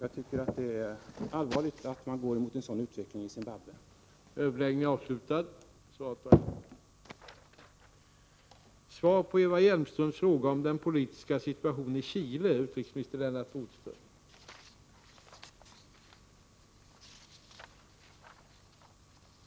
Jag tycker det är allvarligt att man går en sådan utveckling till mötes i Zimbabwe.